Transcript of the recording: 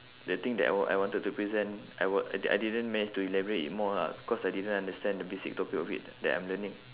the thing that I wa~ I wanted to present I wa~ I di~ I didn't manage to elaborate it more lah cause I didn't understand the basic topic of it that I'm learning